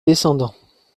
descendants